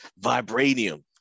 vibranium